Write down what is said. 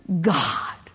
God